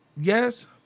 Yes